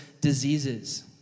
diseases